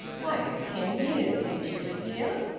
why, it's ten years since she was here!